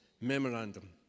Memorandum